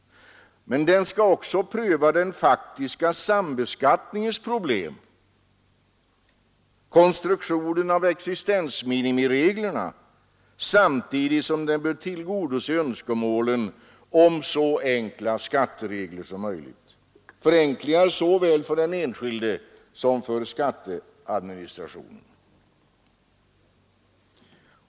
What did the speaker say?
Men utredningen skall också pröva den faktiska sambeskattningens problem och konstruktionen av existensminimireglerna, samtidigt som den bör tillgodose önskemålet om så enkla skatteregler som möjligt, enkla såväl för den enskilde som för skatteadministrationen.